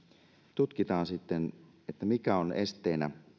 tutkitaan mikä on esteenä